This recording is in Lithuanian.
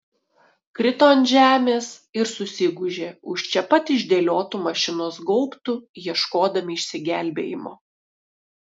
krito ant žemės ir susigūžė už čia pat išdėliotų mašinos gaubtų ieškodami išsigelbėjimo